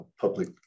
public